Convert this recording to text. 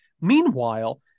Meanwhile